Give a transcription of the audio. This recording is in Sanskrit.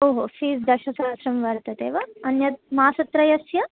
ओहो फ़ीस् दशसहस्रं वर्तते वा अन्यत् मासत्रयस्य